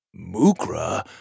Mukra